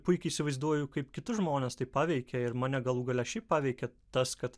puikiai įsivaizduoju kaip kitus žmones tai paveikia ir mane galų gale šiaip paveikė tas kad